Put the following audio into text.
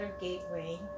gateway